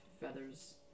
feathers